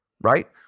Right